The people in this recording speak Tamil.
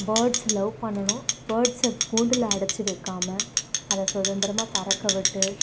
பேர்ட்ஸ் லவ் பண்ணணும் பேர்ட்ஸை குண்டில் அடைச்சி வைக்காமல் அதை சுதந்திரமாக பறக்க விட்டு